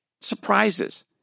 surprises